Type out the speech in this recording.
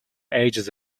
ages